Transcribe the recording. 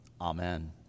Amen